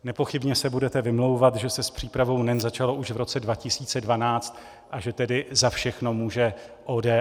Nepochybně se budete vymlouvat, že se s přípravou NEN začalo už v roce 2012 a že tedy za všechno může ODS.